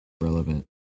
relevant